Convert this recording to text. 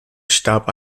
starb